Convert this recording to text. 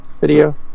video